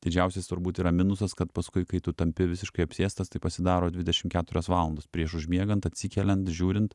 didžiausias turbūt yra minusas kad paskui kai tu tampi visiškai apsėstas tai pasidaro dvidešim keturios valandas prieš užmiegant atsikeliant žiūrint